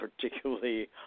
particularly